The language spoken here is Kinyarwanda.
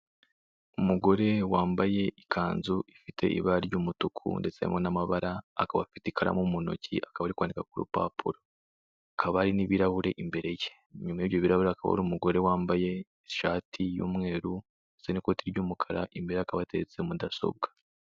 Umugore wambaye ikanzu ifite ibara ry'umutuku ndetse harimo n'amabara, akaba afite ikaramu mu ntoki akaba ari kwandika ku rupapuro, hakaba hari n'ibirahuri imbere ye, inyuma y'ibyo birahuri hakaba hari umugore wambaye ishati y'umweru ndetse n'ikoti ry'umukara, imbere hakaba hateretse mudasobwa.